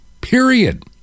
period